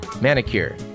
Manicure